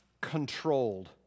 controlled